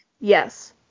yes